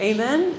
Amen